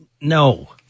No